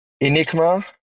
Enigma